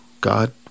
God